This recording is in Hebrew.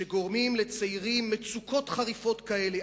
שגורמות לצעירים מצוקות חריפות כאלה,